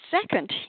second